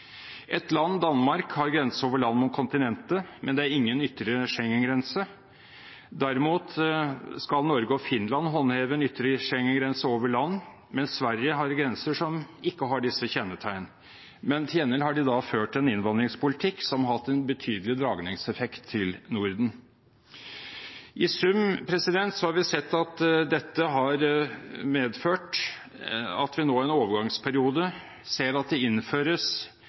land, Danmark, har grense over land mot kontinentet, men det er ingen ytre Schengen-grense. Derimot skal Norge og Finland håndheve en ytre Schengen-grense over land, mens Sverige har grenser som ikke har disse kjennetegnene. Til gjengjeld har de ført en innvandringspolitikk som har hatt en betydelig dragningseffekt til Norden. I sum har vi sett at dette har medført at vi nå, i en overgangsperiode, ser at det innføres